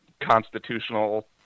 constitutional